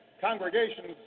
congregations